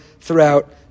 throughout